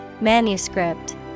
Manuscript